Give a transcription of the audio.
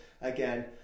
again